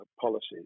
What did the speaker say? policies